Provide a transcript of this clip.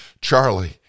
Charlie